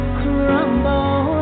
crumble